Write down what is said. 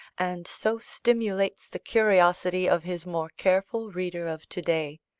and so stimulates the curiosity of his more careful reader of to-day.